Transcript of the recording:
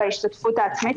בהשתתפות העצמית,